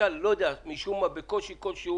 נתקל משום מה בקושי איזשהו,